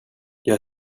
jag